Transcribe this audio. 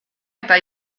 eta